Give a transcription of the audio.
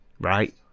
right